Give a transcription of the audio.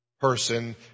person